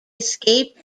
escaped